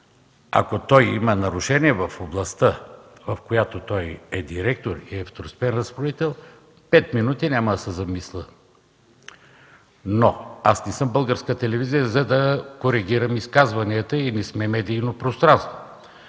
ако има нарушения в областта, в която е директор и второстепенен разпоредител, пет минути няма да се замисля. Но, аз не съм Българска телевизия, за да коригирам изказванията и не сме медийно пространство.